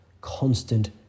constant